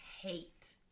hate